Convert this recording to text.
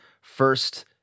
first